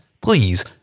Please